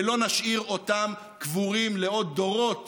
ולא נשאיר אותם קבורים לעוד דורות